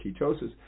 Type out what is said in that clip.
ketosis